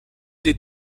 des